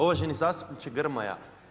Uvaženi zastupniče Grmoja.